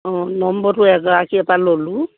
অঁ নম্বৰটো এগৰাকীৰ পৰা ল'লোঁ